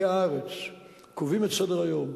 כ"הארץ" קובעים את סדר-היום,